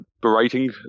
berating